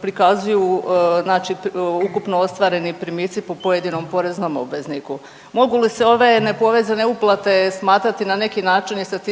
prikazuju znači ukupno ostvareni primici po pojedinom poreznom obvezniku. Mogu li se ove nepovezane uplate smatrati na neki način i statističkom